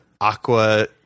aqua